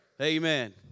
Amen